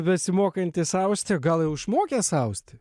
besimokantis austi o gal jau išmokęs austi